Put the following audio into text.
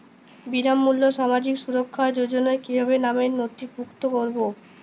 বিনামূল্যে সামাজিক সুরক্ষা যোজনায় কিভাবে নামে নথিভুক্ত করবো?